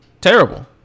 Terrible